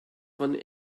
von